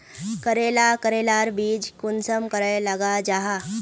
करेला करेलार बीज कुंसम करे लगा जाहा?